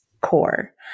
core